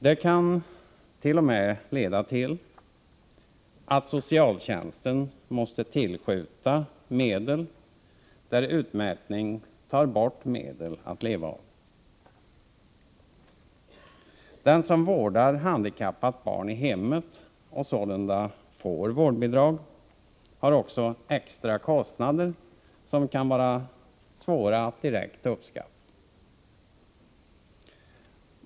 Det kan t.o.m. leda till att socialtjänsten måste tillskjuta medel där en utmätning tar bort medel att leva av. Den som vårdar handikappat barn i hemmet och sålunda får vårdbidrag har också extra kostnader som kan vara svåra att direkt uppskatta.